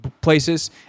places